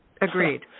Agreed